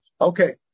Okay